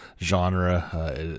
genre